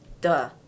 duh